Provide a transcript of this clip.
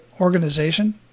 organization